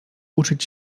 uczyć